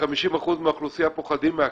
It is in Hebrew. ו-50% מהאוכלוסייה פוחדים מהכלבים.